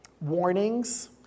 warnings